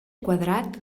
quadrat